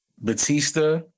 Batista